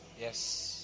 yes